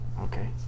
okay